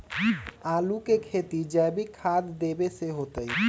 आलु के खेती जैविक खाध देवे से होतई?